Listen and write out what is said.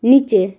নিচে